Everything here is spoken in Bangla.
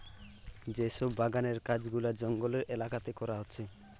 যে সব বাগানের কাজ গুলা জঙ্গলের এলাকাতে করা হচ্ছে